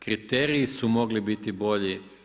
Kriteriji su mogli biti bolji.